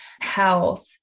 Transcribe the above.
health